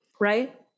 right